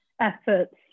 efforts